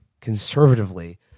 conservatively